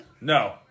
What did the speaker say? No